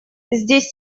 здесь